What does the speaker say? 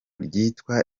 ryitwa